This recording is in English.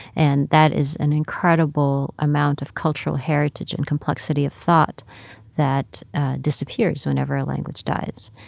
and that is an incredible amount of cultural heritage and complexity of thought that disappears whenever a language dies.